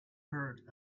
heard